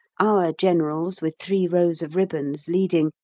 our generals with three rows of ribbons leading,